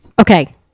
Okay